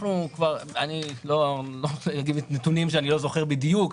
לא אגיד נתונים שאני לא זוכר בדיוק,